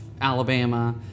Alabama